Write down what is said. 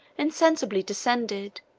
insensibly descended,